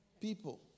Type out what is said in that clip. people